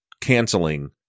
canceling